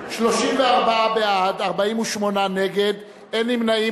34 בעד, 48 נגד, אין נמנעים.